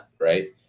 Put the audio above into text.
Right